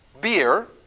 beer